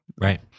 Right